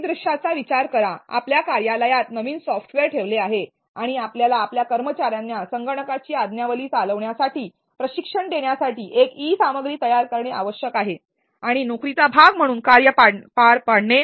परिदृश्याचा विचार करा आपल्या कार्यालयात नवीन सॉफ्टवेअर ठेवले आहे आणि आपल्याला आपल्या कर्मचार्यांना संगणकाची आज्ञावली चालण्यासाठी प्रशिक्षण देण्यासाठी एक ई सामग्री तयार करणे आवश्यक आहे आणि नोकरीचा भाग म्हणून कार्ये पार पाडणे